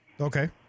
Okay